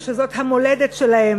שזו המולדת שלהם.